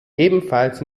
ebenfalls